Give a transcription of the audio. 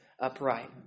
Upright